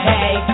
Hey